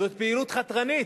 זאת פעילות חתרנית,